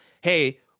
hey